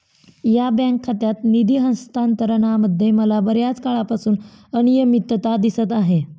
या बँक खात्यात निधी हस्तांतरणामध्ये मला बर्याच काळापासून अनियमितता दिसत आहे